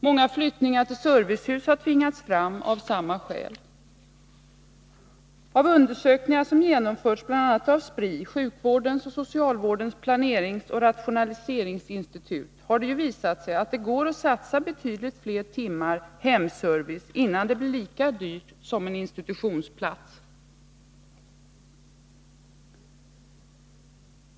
Många flyttningar till servicehus har tvingats fram av samma skäl. Undersökningar som genomförts bl.a. av Spri, sjukvårdens och socialvårdens planeringsoch rationaliseringsinstitut, visar att det ofta går att satsa betydligt fler timmar hemservice innan detta blir lika dyrt som en institutionsplats.